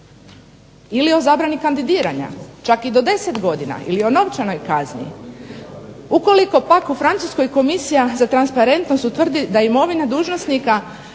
Ili o zabrani kandidiranja čak i do 10 godina ili o novčanoj kazni. Ukoliko pak u Francuskoj komisija za transparentnost utvrdi da imovina dužnosnika